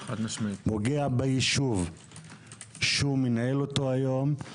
פוגע בישוב שהוא מנהל אותו היום.